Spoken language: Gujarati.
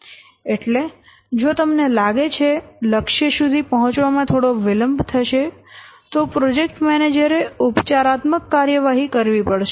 એટલે જો તમને લાગે કે લક્ષ્ય સુધી પહોંચવામાં થોડો વિલંબ થશે તો પ્રોજેક્ટ મેનેજરે ઉપચારાત્મક કાર્યવાહી કરવી પડશે